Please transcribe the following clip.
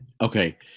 Okay